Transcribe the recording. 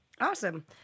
Awesome